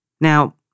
Now